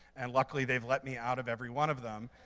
and luckily, they've let me out of every one of them.